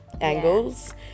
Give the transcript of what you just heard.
angles